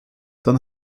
dann